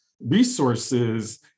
resources